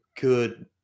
good